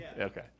Okay